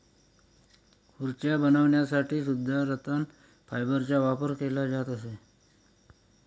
खुर्च्या बनवण्यासाठी सुद्धा रतन फायबरचा वापर केला जात असे